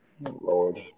Lord